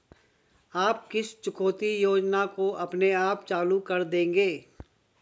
आप किस चुकौती योजना को अपने आप चालू कर देंगे?